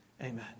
Amen